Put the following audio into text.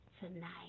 tonight